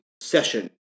session